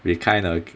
we kind of